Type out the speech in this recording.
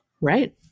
Right